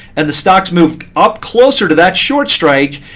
and the stock's moved up closer to that short strike.